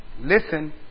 listen